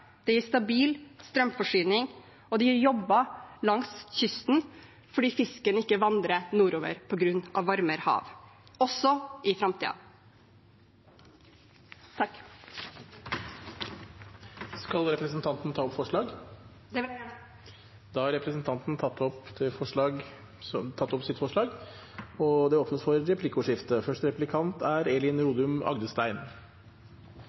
stabil strømforsyning og jobber langs kysten fordi fisken ikke vandrer nordover på grunn av varmere hav – også i framtiden. Skal representanten ta opp forslag? Det vil jeg gjerne, jeg tar opp forslaget som Miljøpartiet De Grønne har sammen med Rødt. Representanten Una Bastholm har tatt opp det forslaget hun refererte til. Det blir replikkordskifte. I innstillingen er